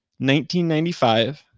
1995